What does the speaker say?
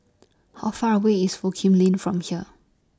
How Far away IS Foo Kim Lin from here